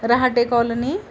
Rahate colony